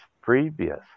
previous